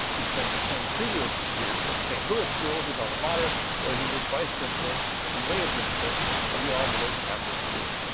he spent the ten previous years at saint louis school, his alma mater, where he was vice principal and later principal of the all-boys catholic school.